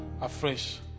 afresh